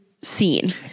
scene